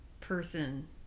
person